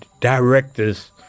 director's